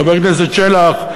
חבר כנסת שלח,